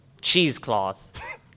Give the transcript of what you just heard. cheesecloth